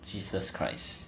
jesus christ